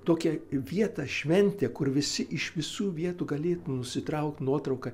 tokia vieta šventė kur visi iš visų vietų gali nusitraukt nuotrauką